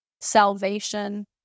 salvation